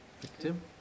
Victim